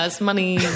money